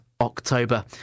October